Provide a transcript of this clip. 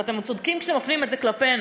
ואתם צודקים כשאתם מפנים את זה כלפינו: